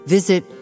Visit